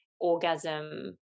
orgasm